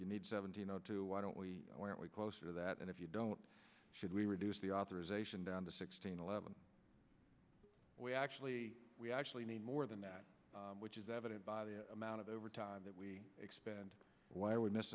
you need seventy two why don't we close to that and if you don't should we reduce the authorization down to sixteen eleven we actually we actually need more than that which is evident by the amount of overtime that we expend where we're miss